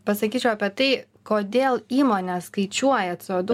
pasakyčiau apie tai kodėl įmonės skaičiuoja ce o du